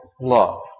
love